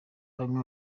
bamwe